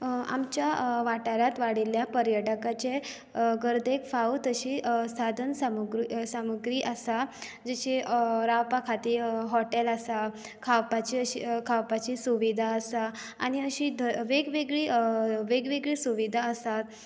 आमच्या वाठारांत वाडिल्या पर्यटकाचे गर्देक फावो तशी साधन सामु सामुग्री आसा जशी रावपा खातीर हॉटेल आसा खावपाची अशी खावपाची सुवीधा आसा आनी अशी ध वेग वेगळी वेग वेगळी सुवीधा आसात